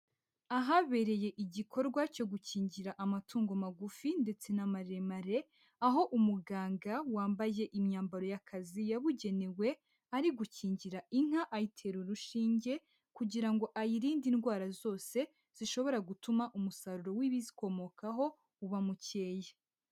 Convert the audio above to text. Ahabereye igikorwa cyo gukingira amatungo magufi ndetse n'amaremare, aho umuganga wambaye imyambaro y'akazi yabugenewe ari gukingira inka, ayitera urushinge kugira ngo ayirinde indwara zose zishobora gutuma umusaruro w'ibizikomokaho uba mukeya.